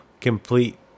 complete